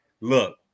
look